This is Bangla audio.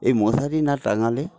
এই মশারি না টাঙালে